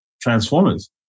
Transformers